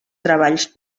treballs